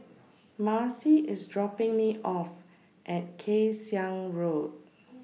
Marcy IS dropping Me off At Kay Siang Road